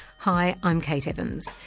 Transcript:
hi, i'm kate evans.